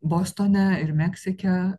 bostone ir meksike